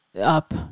up